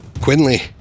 Quinley